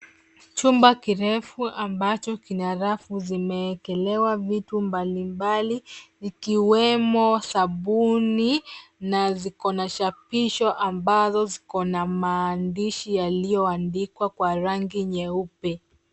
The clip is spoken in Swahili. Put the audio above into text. Chumba kirefu ambacho kina rafu zimewekelewa vitu mbalimbali vikiwemo sabuni na ziko na chapisho ambazo ziko na maandishi yaliyoandikwa kwa rangi nyeupe.